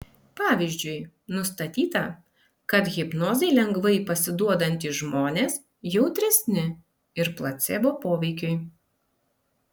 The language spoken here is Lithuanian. pavyzdžiui nustatyta kad hipnozei lengvai pasiduodantys žmonės jautresni ir placebo poveikiui